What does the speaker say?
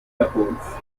supports